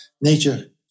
nature